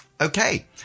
Okay